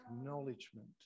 acknowledgement